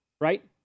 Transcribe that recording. right